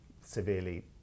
severely